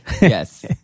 Yes